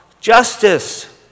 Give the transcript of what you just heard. justice